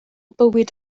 bywyd